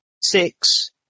six